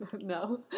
No